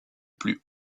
plus